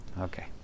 Okay